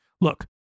Look